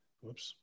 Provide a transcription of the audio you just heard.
Whoops